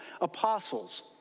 apostles